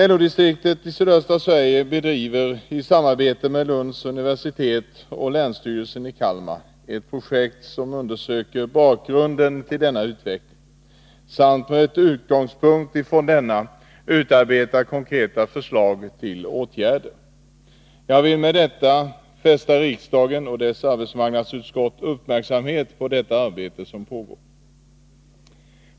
LO-distriktet i sydöstra Sverige bedriver, i samarbete med Lunds universitet och länsstyrelsen i Kalmar, ett projekt som skall undersöka bakgrunden till denna utveckling samt med utgångspunkt i denna utarbeta konkreta förslag till åtgärder. Jag vill med detta fästa riksdagens och dess arbetsmarknadsutskotts uppmärksamhet på det arbete som där pågår.